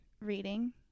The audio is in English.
reading